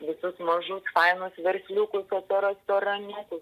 visus mažus fainus versliukus apie restoraniukus